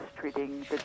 treating